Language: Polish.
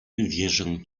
wierzę